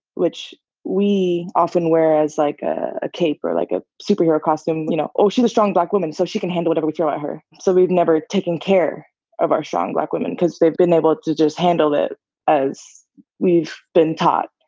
which we often wear as like a cape or like a superhero costume. you know, oh, she's a strong black woman, so she can handle whatever we throw at her. so we've never taken care of our strong black women cause they've been able to just handle it as we've been taught.